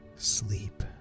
sleep